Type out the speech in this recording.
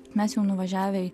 mes jau nuvažiavę į